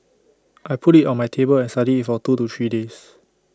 I put IT on my table and studied IT for two to three days